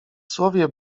słowie